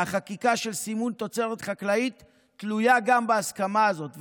והחקיקה של סימון תוצרת חקלאית תלויה גם בהסכמה הזאת.